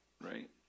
right